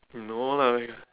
no lah